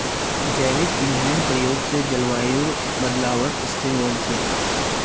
जैविक ईंधनेर प्रयोग स जलवायुर बदलावत स्थिल वोल छेक